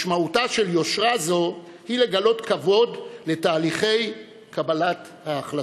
משמעותה של יושרה זו היא לגלות כבוד לתהליכי קבלת ההחלטות,